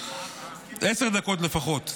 עשר דקות לפחות.